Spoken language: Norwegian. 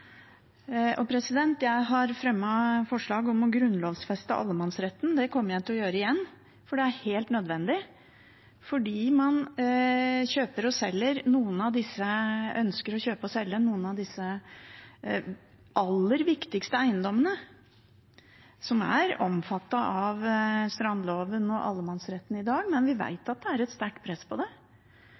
med areal. Jeg har fremmet forslag om å grunnlovfeste allemannsretten, og det kommer jeg til å gjøre igjen, for det er helt nødvendig. Man ønsker å kjøpe og selge noen av disse aller viktigste eiendommene, som er omfattet av strandloven og allemannsretten i dag, men vi vet at det er et sterkt press på det.